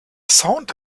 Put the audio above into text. sound